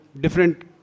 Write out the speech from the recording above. different